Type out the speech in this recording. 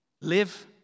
Live